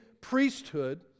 priesthood